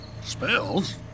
Spells